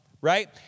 Right